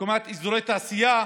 להקמת אזורי תעשייה.